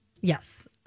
Yes